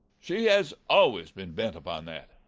she has always been bent upon that.